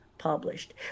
published